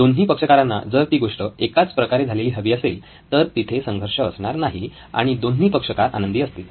दोन्ही पक्षकारांना जर ती गोष्ट एकाच प्रकारे झालेली हवी असेल तर तिथे संघर्ष असणार नाही आणि दोन्ही पक्षकार आनंदी असतील